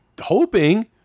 hoping